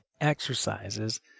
exercises